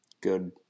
good